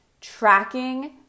tracking